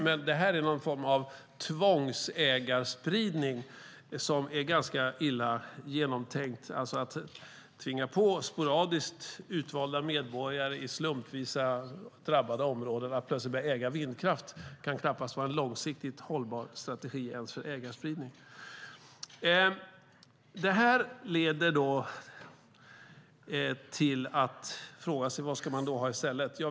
Men detta är en form av tvångsägarspridning som är ganska illa genomtänkt, att sporadiskt tvinga på medborgare i slumpvisa, drabbade områden att plötsligt börja äga vindkraft kan knappast vara en långsiktigt hållbar strategi ens för ägarspridning. Frågan är då vad man ska ha i stället.